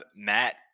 Matt